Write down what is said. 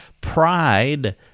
Pride